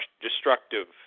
destructive